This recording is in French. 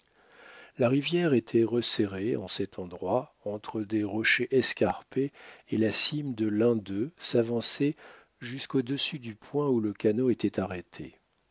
la rivière était resserrée en cet endroit entre des rochers escarpés et la cime de l'un d'eux s'avançait jusqu'au-dessus du point où le canot était arrêté